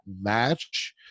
match